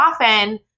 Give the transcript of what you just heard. often